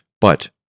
but-